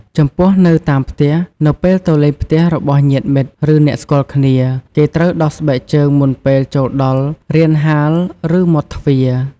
ចំពោះនៅតាមផ្ទះ នៅពេលទៅលេងផ្ទះរបស់ញាតិមិត្ត ឬអ្នកស្គាល់គ្នា គេត្រូវដោះស្បែកជើងមុនពេលចូលដល់រានហាលឬមាត់ទ្វារ។